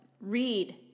Read